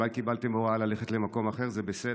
אולי קיבלתם הוראה ללכת למקום אחר, זה בסדר.